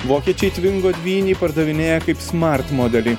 vokiečiai tvingo dvynį pardavinėja kaip smart modelį